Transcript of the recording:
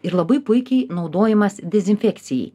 ir labai puikiai naudojamas dezinfekcijai